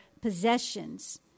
possessions